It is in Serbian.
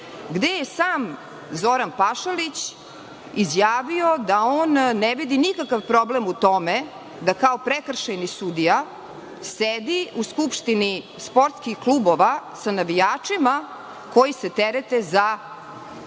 gde je sam Zoran Pašalić izjavio da on ne vidi nikakav problem u tome da kao prekršajni sudija sedi u skupštini sportskih klubova sa navijačima koji se terete za